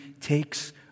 takes